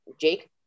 Jake